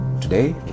Today